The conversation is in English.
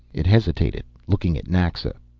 it hesitated, looking at naxa,